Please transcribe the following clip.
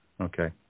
okay